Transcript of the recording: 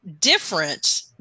different